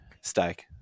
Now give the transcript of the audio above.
stake